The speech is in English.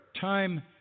time